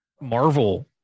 Marvel